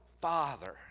Father